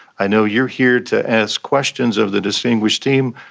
i know you're here to ask questions of the distinguished team,